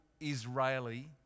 Israeli